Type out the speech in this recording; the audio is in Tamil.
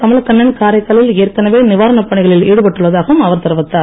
கமலக்கண்ணன் காரைக்காலில் ஏற்கனவே நிவாரணப் பணிகளில் ஈடுபட்டுள்ளதாகவும் அவர் தெரிவித்தார்